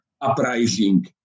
uprising